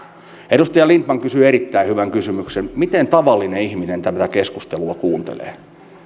edustaja lindtman kysyi erittäin hyvän kysymyksen miten tavallinen ihminen tätä keskustelua kuuntelee